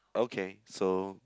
okay so